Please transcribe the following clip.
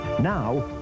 Now